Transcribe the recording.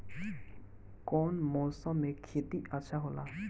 कौन मौसम मे खेती अच्छा होला?